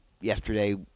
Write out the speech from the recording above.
yesterday